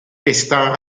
está